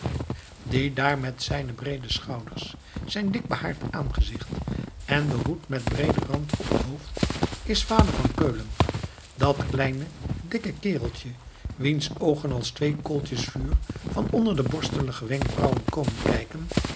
die daar met zijne breede schouders zijn dik behaard aangezicht en den hoed met breeden rand op het hoofd is vader van keulen dat kleine dikke kereltje wiens oogen als twee kooltjes vuur van onder de borstelige wenkbrauwen komen kijken